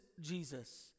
Jesus